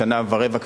שנה ורבע,